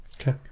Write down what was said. Okay